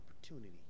opportunity